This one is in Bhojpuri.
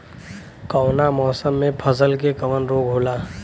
कवना मौसम मे फसल के कवन रोग होला?